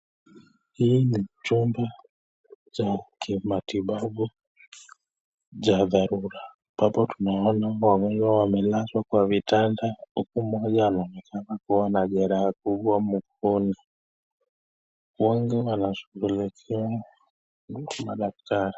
Hii ni chumba cha kimatibabu cha dharura. Ambapo tunaona wagonjwa wamelazwa kwa vitanda huku mmoja anaonekana kuwa na jeraha kubwa mkono. Huwanga wanashughulikiwa na daktari.